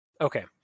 Okay